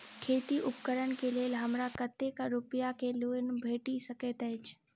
खेती उपकरण केँ लेल हमरा कतेक रूपया केँ लोन भेटि सकैत अछि?